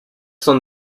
son